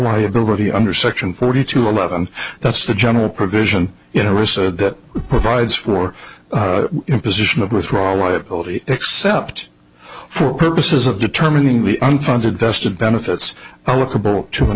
liability under section forty two eleven that's the general provision interest that provides for imposition of withdrawal liability except for purposes of determining the unfunded vested benefits